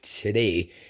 today